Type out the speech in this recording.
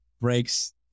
breaks